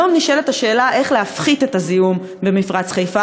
היום נשאלת השאלה איך להפחית את הזיהום ממפרץ-חיפה,